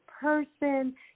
person